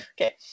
Okay